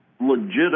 legitimate